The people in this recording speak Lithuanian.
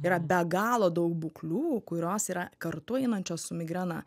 yra be galo daug būklių kurios yra kartu einančios su migrena